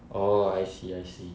orh I see I see